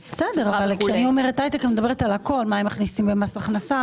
אמרה ברחל בתך הקטנה.